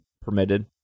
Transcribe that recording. Permitted